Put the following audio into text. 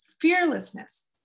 fearlessness